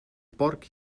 porc